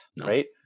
Right